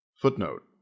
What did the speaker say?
Footnote